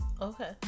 Okay